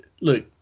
Look